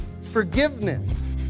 forgiveness